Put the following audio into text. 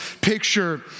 picture